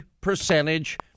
percentage